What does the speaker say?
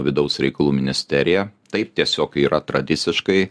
vidaus reikalų ministerija taip tiesiog yra tradiciškai